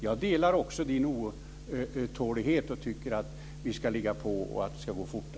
Jag delar också Björn Leiviks otålighet och tycker att vi ska ligga på och att det ska gå fortare.